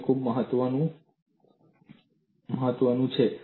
તે ખૂબ મહત્વનું છે